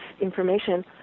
information